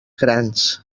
grans